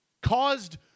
caused